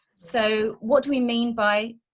so what do we mean by,